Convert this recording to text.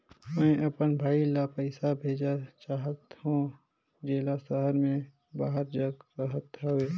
मैं अपन भाई ल पइसा भेजा चाहत हों, जेला शहर से बाहर जग रहत हवे